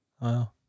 Wow